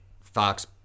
Fox